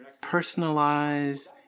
Personalized